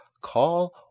call